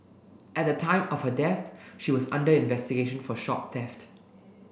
at the time of her death she was under investigation for shop theft